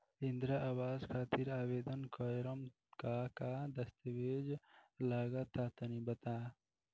इंद्रा आवास खातिर आवेदन करेम का का दास्तावेज लगा तऽ तनि बता?